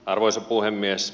arvoisa puhemies